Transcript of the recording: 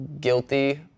guilty